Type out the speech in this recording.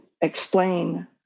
explain